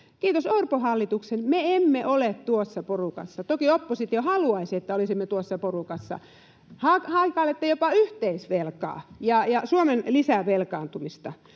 Kiitos Orpon hallituksen, me emme ole tuossa porukassa. Toki oppositio haluaisi, että olisimme tuossa porukassa. Haikailette jopa yhteisvelkaa ja Suomen lisävelkaantumista.